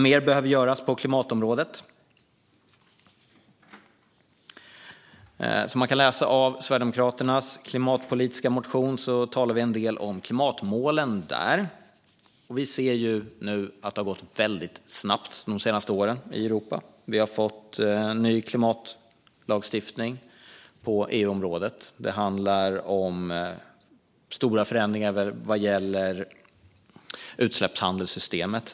Mer behöver göras på klimatområdet, som man kan läsa om i Sverigedemokraternas klimatpolitiska motion. Vi talar där en del om klimatmålen. Vi ser nu att det har gått väldigt snabbt de senaste åren i Europa. Vi har fått en ny klimatlagstiftning på EU-området. Det handlar om stora förändringar vad gäller utsläppshandelssystemet.